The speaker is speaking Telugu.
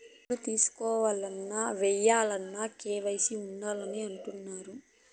డబ్బులు తీసుకోవాలన్న, ఏయాలన్న కూడా కేవైసీ ఉండాలి అని అంటుంటారు